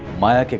maya